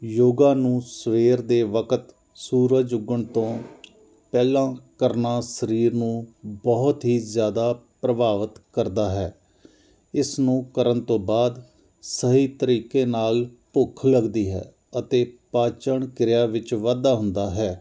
ਯੋਗਾ ਨੂੰ ਸਵੇਰ ਦੇ ਵਕਤ ਸੂਰਜ ਉੱਗਣ ਤੋਂ ਪਹਿਲਾਂ ਕਰਨਾ ਸਰੀਰ ਨੂੰ ਬਹੁਤ ਹੀ ਜ਼ਿਆਦਾ ਪ੍ਰਭਾਵਿਤ ਕਰਦਾ ਹੈ ਇਸ ਨੂੰ ਕਰਨ ਤੋਂ ਬਾਅਦ ਸਹੀ ਤਰੀਕੇ ਨਾਲ ਭੁੱਖ ਲੱਗਦੀ ਹੈ ਅਤੇ ਪਾਚਣ ਕਿਰਿਆ ਵਿੱਚ ਵਾਧਾ ਹੁੰਦਾ ਹੈ